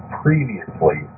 previously